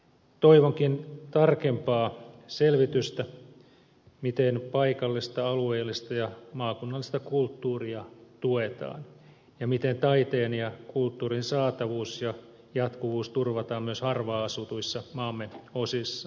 toivonkin tarkempaa selvitystä siitä miten paikallista alueellista ja maakunnallista kulttuuria tuetaan ja miten taiteen ja kulttuurin saatavuus ja jatkuvuus turvataan myös harvaanasutuissa maamme osissa